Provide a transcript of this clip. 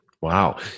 Wow